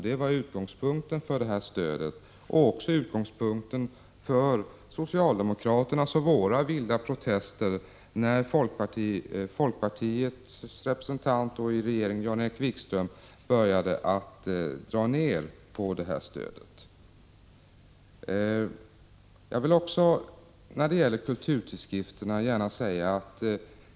Det var utgångspunkten för organisationstidskriftsstödet och också för socialdemokraternas och våra vilda protester när folkpartiets representant i den tidigare borgerliga regeringen, Jan-Erik Wikström, började minska stödet.